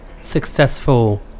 successful